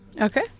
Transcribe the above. okay